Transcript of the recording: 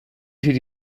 did